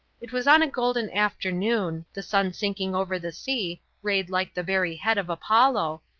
it was on a golden afternoon the sun sinking over the sea, rayed like the very head of apollo,